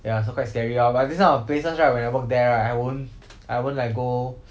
ya so quite scary lor but this kind of places right when I worked there right I won't I won't like go